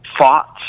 thoughts